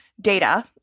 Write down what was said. Data